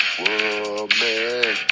woman